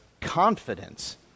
confidence